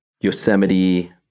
Yosemite